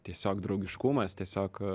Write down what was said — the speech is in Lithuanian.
tiesiog draugiškumas tiesiog